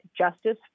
justice